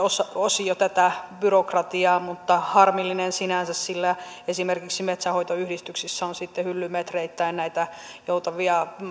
osio tätä byrokratiaa mutta harmillinen sinänsä sillä esimerkiksi metsänhoitoyhdistyksissä on sitten hyllymetreittäin näitä joutavia